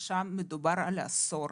שם מדובר על עשור.